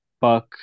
buck